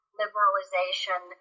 liberalization